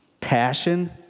passion